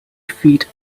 feet